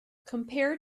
compared